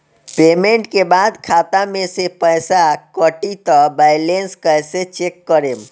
Payment के बाद खाता मे से पैसा कटी त बैलेंस कैसे चेक करेम?